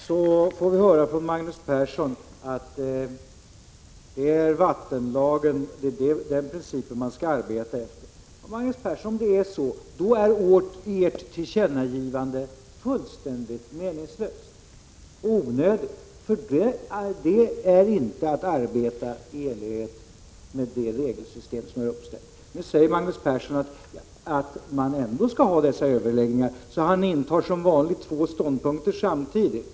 Herr talman! Nu säger Magnus Persson att det är vattenlagen som skall gälla. Om det är så, är utskottets tillkännagivande fullständigt meningslöst och onödigt — det innebär inte att man arbetar i enlighet med det regelsystem som har uppställts. Magnus Persson säger att överläggningarna mellan parterna ändå skall ske, och han intar därmed som vanligt två ståndpunkter samtidigt.